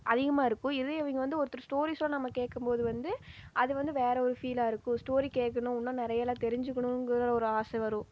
அதிகமாக இருக்கும் இதே அவங்க வந்து ஒருத்தர் ஸ்டோரிஸாக நம்ம கேட்கம்போது வந்து அது வந்து வேறு ஒரு ஃபீலாக இருக்கும் ஸ்டோரி கேட்கணும் இன்னும் நிறையாலாம் தெரிஞ்சிக்கணுங்கிற ஒரு ஆசை வரும்